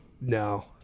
No